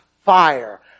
fire